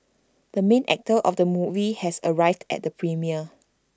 the main actor of the movie has arrived at the premiere